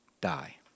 die